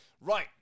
Right